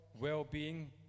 well-being